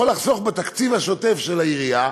זה יכול לחסוך, בתקציב השוטף של העירייה,